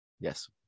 Yes